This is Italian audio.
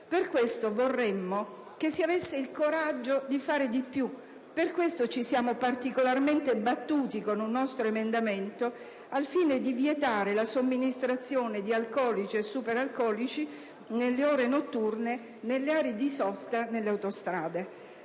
Per questo vorremmo che si avesse il coraggio di fare di più; per questo ci siamo particolarmente battuti con un nostro emendamento al fine di vietare la somministrazione di alcolici e superalcolici nelle ore notturne nelle aree di sosta delle autostrade.